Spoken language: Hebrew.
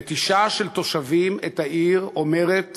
נטישה של תושבים את העיר אומרת